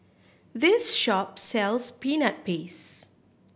this shop sells Peanut Paste